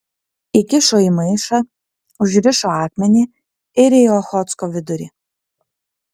įkišo į maišą užrišo akmenį ir į ochotsko vidurį